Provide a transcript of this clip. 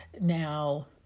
Now